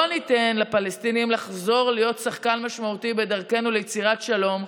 לא ניתן לפלסטינים לחזור להיות שחקן משמעותי בדרכנו ליצירת שלום,